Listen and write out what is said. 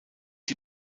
die